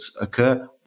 occur